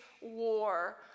war